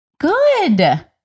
Good